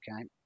okay